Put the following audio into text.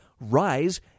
rise